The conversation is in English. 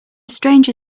stranger